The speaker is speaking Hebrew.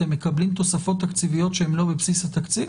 אתם מקבלים תוספות תקציביות שהן לא בבסיס התקציב